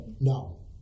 No